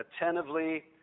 attentively